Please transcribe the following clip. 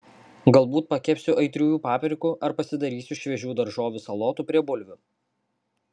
galbūt pakepsiu aitriųjų paprikų ar pasidarysiu šviežių daržovių salotų prie bulvių